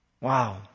Wow